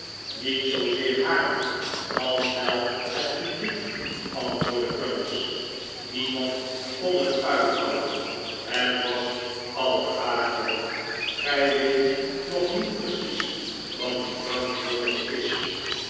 niet zoozeer haar als wel het publiek antwoordde crummies niemand kon het uithouden het was al te akelig gij weet nog niet precies wat mevrouw crummies is